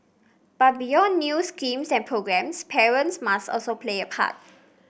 but beyond new schemes and programmes parents must also play a part